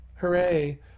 Hooray